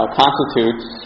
constitutes